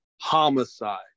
Homicide